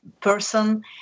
person